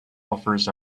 offers